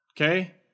Okay